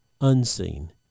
unseen